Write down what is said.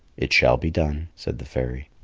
it shall be done, said the fairy.